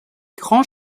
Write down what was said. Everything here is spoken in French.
grand